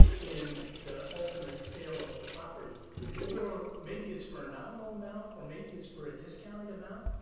in the ultimate sale of the property or maybe it's for a nominal amount or maybe it's for a discounted amount,